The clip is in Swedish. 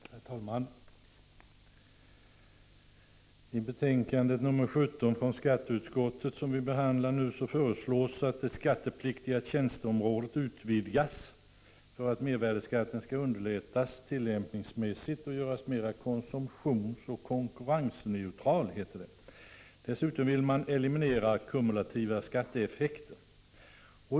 Herr talman! I betänkande nr 17 från skatteutskottet, som vi nu behandlar, föreslås att det skattepliktiga tjänsteområdet utvidgas för att mervärdeskatten skall underlättas tillämpningsmässigt och göras mera konsumtionsoch konkurrensneutral, som det heter. Dessutom vill man eliminera kumulativa skatteeffekter.